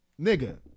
Nigga